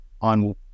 on